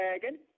dragon